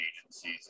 agencies